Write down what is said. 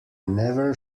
never